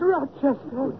Rochester